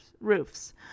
roofs